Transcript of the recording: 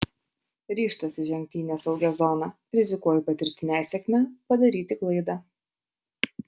ryžtuosi žengti į nesaugią zoną rizikuoju patirti nesėkmę padaryti klaidą